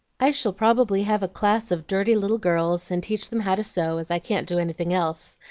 i shall probably have a class of dirty little girls, and teach them how to sew, as i can't do anything else.